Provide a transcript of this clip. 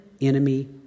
enemy